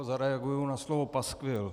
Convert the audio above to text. Zareaguji na slovo paskvil.